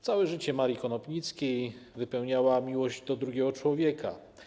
Całe życie Marii Konopnickiej wypełniała miłość do drugiego człowieka.